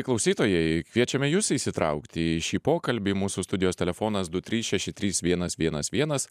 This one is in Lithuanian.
klausytojai kviečiame jus įsitraukti į šį pokalbį mūsų studijos telefonas du trys šeši trys vienas vienas vienas